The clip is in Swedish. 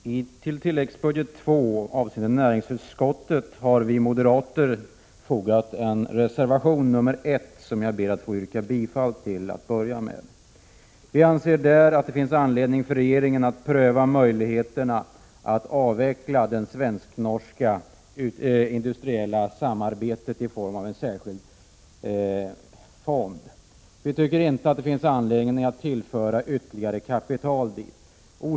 Herr talman! Till näringsutskottets betänkande om tilläggsbudget II har vi moderater fogat en reservation, nr 1, som jag till att börja med ber att få yrka bifall till. Vi anser att det finns anledning för regeringen att pröva möjligheterna att avveckla det svensk-norska industriella samarbetet i form av en särskild fond. Vi tycker inte att det finns anledning att tillföra den ytterligare kapital.